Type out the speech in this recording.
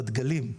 בדגלים,